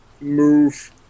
move